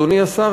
אדוני השר,